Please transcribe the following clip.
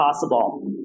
possible